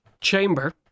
chamber